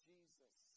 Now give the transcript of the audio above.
Jesus